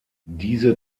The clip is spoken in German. diese